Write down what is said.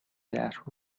that